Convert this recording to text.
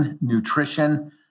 nutrition